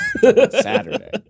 Saturday